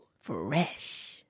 Fresh